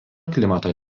klimato